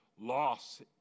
loss